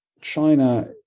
China